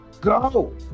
go